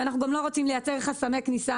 ואנחנו גם לא רוצים לייצר חסמי כניסה